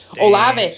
Olave